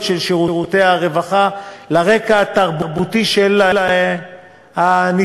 של שירותי הרווחה לרקע התרבותי של הנצרכים